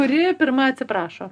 kuri pirma atsiprašo